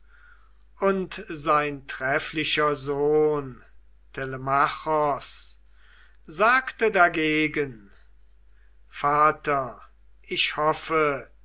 und sein trefflicher sohn telemachos sagte dagegen vater ich hoffe